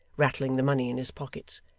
rattling the money in his pockets.